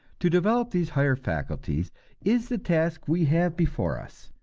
to develop these higher faculties is the task we have before us,